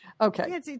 Okay